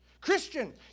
Christian